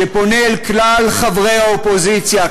שפונה אל כלל חברי האופוזיציה,